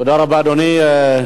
תודה רבה, אדוני.